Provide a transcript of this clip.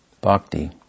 bhakti